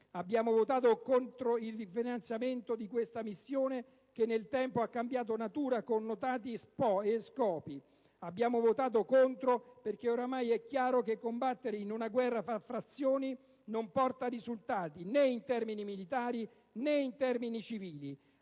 Abbiamo votato contro il rifinanziamento di questa missione, che nel tempo ha cambiato natura, connotati e scopi. Abbiamo votato contro, perché ormai è chiaro che combattere in una guerra tra fazioni non porta risultati, in termini né militari né civili.